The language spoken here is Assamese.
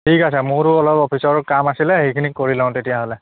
ঠিক আছে মোৰো অলপ অফিচৰো কাম আছিলে সেইখিনি কৰি লওঁ তেতিয়াহ'লে